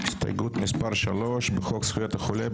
הסתייגות מספר 3. בחוק זכויות החולה,